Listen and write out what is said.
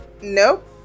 nope